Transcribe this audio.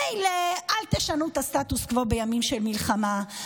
מילא, אל תשנו את הסטטוס קוו בימים של מלחמה,